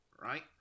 right